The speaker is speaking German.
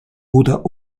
oder